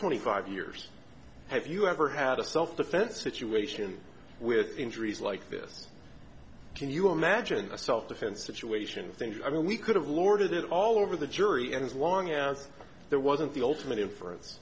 twenty five years have you ever had a self defense situation with injuries like this can you imagine a self defense situation things i mean we could have lorded it all over the jury and as long as there wasn't the ultimate inference